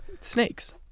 Snakes